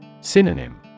Synonym